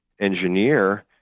engineer